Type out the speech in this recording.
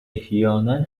احیانا